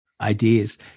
Ideas